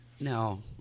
No